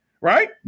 right